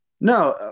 No